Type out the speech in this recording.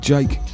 Jake